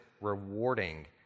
rewarding